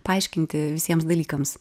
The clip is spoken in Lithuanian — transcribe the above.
paaiškinti visiems dalykams